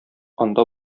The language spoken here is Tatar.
анда